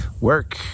work